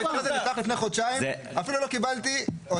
לא קיבלתי.